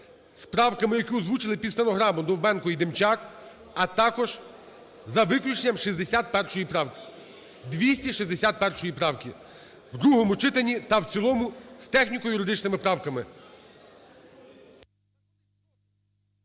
правками, які озвучили під стенограму Довбенко і Демчак, а також за виключенням 261 правки, у другому читанні та в цілому з техніко-юридичними правками.